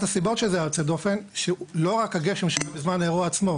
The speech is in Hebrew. הסיבות שהוא אירוע יוצא דופן היא שלא רק הגשם שירד בזמן האירוע עצמו